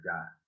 God